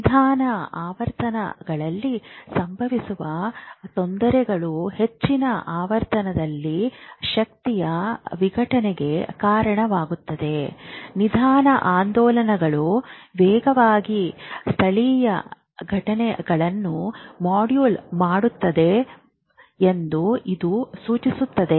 ನಿಧಾನ ಆವರ್ತನಗಳಲ್ಲಿ ಸಂಭವಿಸುವ ತೊಂದರೆಗಳು ಹೆಚ್ಚಿನ ಆವರ್ತನದಲ್ಲಿ ಶಕ್ತಿಯ ವಿಘಟನೆಗೆ ಕಾರಣವಾಗುತ್ತವೆ ನಿಧಾನ ಆಂದೋಲನಗಳು ವೇಗವಾಗಿ ಸ್ಥಳೀಯ ಘಟನೆಗಳನ್ನು ಮಾಡ್ಯೂಲ್ ಮಾಡುತ್ತವೆ ಎಂದು ಇದು ಸೂಚಿಸುತ್ತದೆ